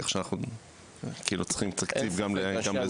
כי עכשיו אנחנו צריכים תקציב גם לזה.